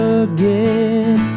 again